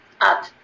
up